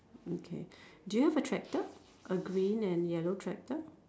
mm K do you have a tractor a green and yellow tractor